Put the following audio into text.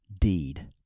deed